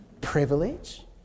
Privilege